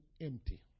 empty